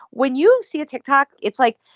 when you see a tiktok, it's, like,